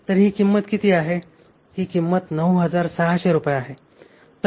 तर ही रक्कम किती आहे ही रक्कम 9600 रुपये आहे